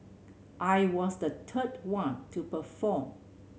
I was the third one to perform